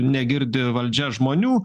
negirdi valdžia žmonių